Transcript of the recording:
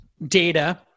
data